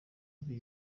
ari